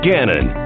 Gannon